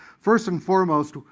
first and foremost,